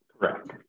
Correct